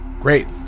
great